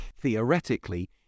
Theoretically